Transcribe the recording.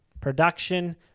production